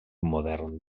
modern